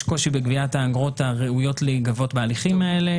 קושי בגביית האגרות הראויות להיגבות בהליכים האלה,